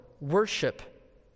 worship